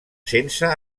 sense